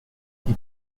qui